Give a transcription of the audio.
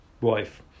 wife